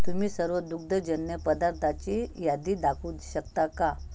तुम्ही सर्व दुग्धजन्य पदार्थाची यादी दाखवू शकता का